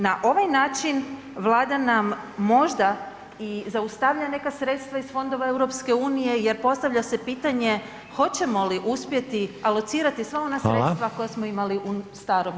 Na ovaj način, Vlada nam možda i zaustavlja neka sredstva iz fondova EU jer postavlja se pitanje hoćemo li uspjeti alocirati sva ona sredstva koja smo [[Upadica: Hvala.]] imali u staroj državnoj